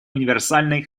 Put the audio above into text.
универсальный